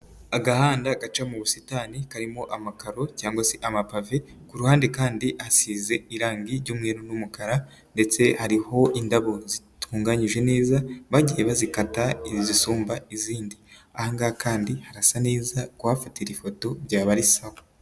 Agahanda gaca mu busitani karimo amakaro cyangwa se amapave ku ruhande kandi hasize irangi ry'umweru n'umukara, ndetse hariho indabo zitunganyije neza, bagiye bazikata izisumba izindi, ahangaha kandi hasa neza kuhafatira ifoto byaba ari sawa.